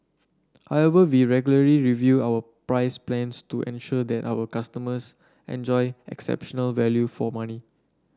however we regularly review our price plans to ensure that our customers enjoy exceptional value for money